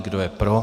Kdo je pro?